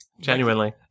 Genuinely